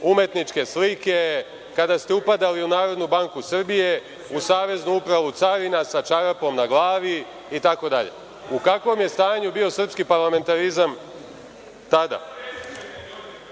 umetničke slike, kada ste upadali u Narodnu banku Srbije, u Saveznu upravu carina sa čarapom na glavi, itd? U kakvom je stanju bio srpski parlamentarizam